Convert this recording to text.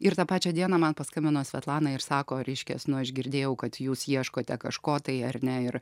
ir tą pačią dieną man paskambino svetlana ir sako reiškias nu aš girdėjau kad jūs ieškote kažko tai ar ne ir